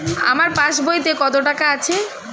আমার পাস বইতে কত টাকা আছে?